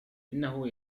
إنه